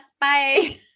Bye